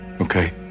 okay